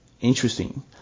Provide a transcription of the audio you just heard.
interesting